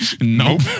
nope